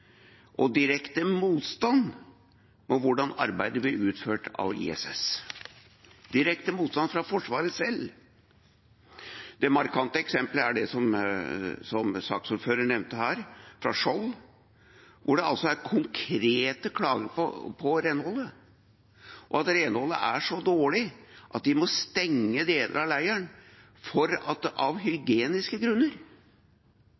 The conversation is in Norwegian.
og direkte motstand mot hvordan arbeidet blir utført av ISS – direkte motstand i Forsvaret selv. Det markante eksemplet er det som saksordføreren nevnte her, fra Skjold, hvor det er konkrete klager på renholdet, og at renholdet er så dårlig at de må stenge deler av leiren av hygieniske grunner. Grunnen til at